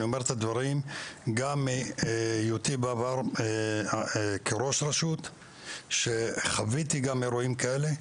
אני אומר את הדברים גם מהיותי בעבר ראש רשות שחוויתי גם אירועים כאלה,